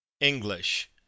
English